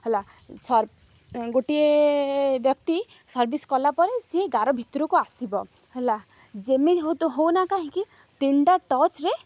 ହେଲା ସର୍ ଗୋଟିଏ ବ୍ୟକ୍ତି ସର୍ଭିସ୍ କଲାପରେ ସିଏ ଗାର ଭିତରୁକୁ ଆସିବ ହେଲା ଯେମିତି ହଉତ ହଉନା କାହିଁକି ତିନିଟା ଟଚ୍ରେ